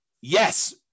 Yes